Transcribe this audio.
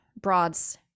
broads